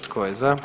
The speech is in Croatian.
Tko je za?